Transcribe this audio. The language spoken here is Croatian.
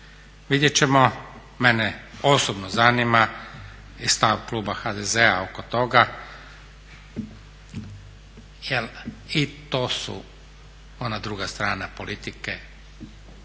Vidjet ćemo, mene osobno zanima je stav kluba HDZ-a oko toga, jer i to su ona druga strana politike kao